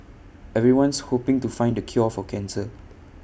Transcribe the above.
everyone's hoping to find the cure for cancer